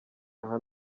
aha